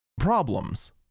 problems